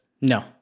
No